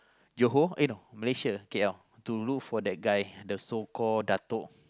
Johor uh no Malaysia K_L to look for that guy the so call doubt